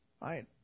right